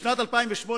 בשנת 2008,